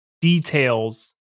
details